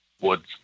Woods